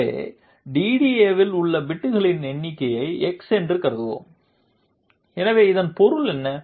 எனவே DDAவில் உள்ள பிட்களின் எண்ணிக்கையை x என்று கருதுவோம் எனவே இதன் பொருள் என்ன